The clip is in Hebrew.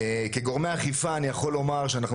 כגורמי אכיפה אני יכול לומר שאנחנו